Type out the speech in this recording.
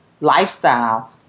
lifestyle